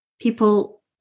People